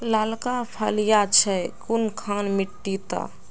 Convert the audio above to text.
लालका फलिया छै कुनखान मिट्टी त?